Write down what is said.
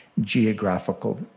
geographical